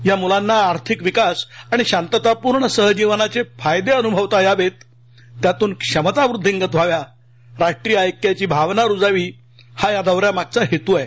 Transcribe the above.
या मुलांना आर्थिक विकास आणि शांततापूर्ण सहजीवनाचे फायदे अनुभवता यावेत त्यातून क्षमता वृद्धिंगत व्हाव्या राष्ट्रीय ऐक्याची भावना रूजावी हा या दौऱ्या मागचा हेतू आहे